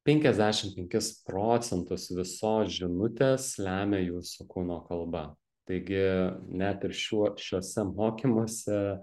penkiasdešim penkis procentus visos žinutės lemia jūsų kūno kalba taigi net ir šiuo šiuose mokymuose